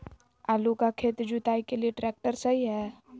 आलू का खेत जुताई के लिए ट्रैक्टर सही है?